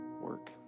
work